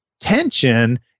tension